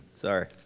Sorry